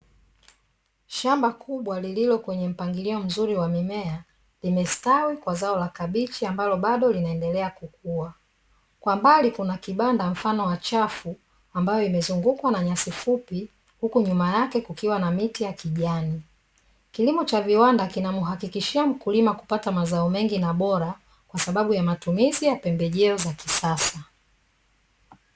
Shamba kubwa lililo kwenye mpangilio mzuri wa mimea, limestawi kwa zao la kabichi ambalo bado linaendelea kukua, kwa mbali kuna kibanda mfano wa chafu ambayo imezungukwa na nyasi fupi huku nyuma yake kukiwa na miti ya kijani, kilimo cha viwanda kinamuhakikishia mkulima kupata mazao mengi na bora kwasababu ya matumizi ya pembejeo za kisasa.